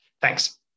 Thanks